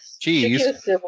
cheese